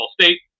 State